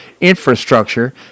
infrastructure